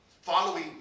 Following